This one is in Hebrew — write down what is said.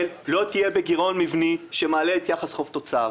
לא תהיה בגירעון מבני שמעלה את יחס החוב-תוצר.